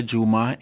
Juma